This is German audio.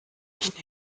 ich